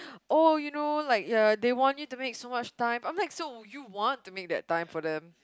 oh you know like ya they want you to make so much time I'm like so you want to make that time for them